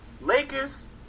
Lakers